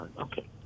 Okay